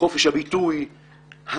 חופש הביטוי,